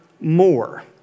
more